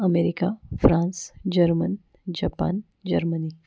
America France German Japan Germany